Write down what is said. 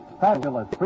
fabulous